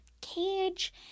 cage